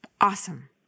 Awesome